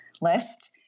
list